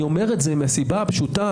אני אומר זאת מהסיבה הפשוטה,